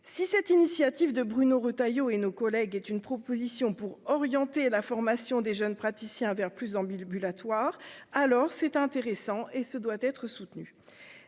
si cette initiative de Bruno Retailleau et nos collègues est une proposition pour orienter la formation des jeunes praticiens vers plus en mille Bulat à Thouars, alors c'est intéressant et ce doit être soutenu